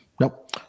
Nope